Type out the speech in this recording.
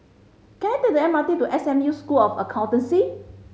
can I take the M R T to S M U School of Accountancy